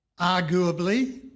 arguably